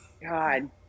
God